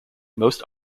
most